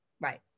Right